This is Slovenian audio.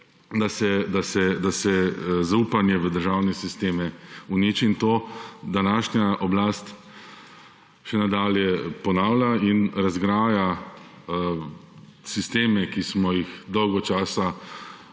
da se zaupanje v državne sisteme uniči in to današnja oblast še nadalje ponavlja in razgraja sisteme, ki smo jih dolgo časa